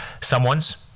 someone's